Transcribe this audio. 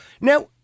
Now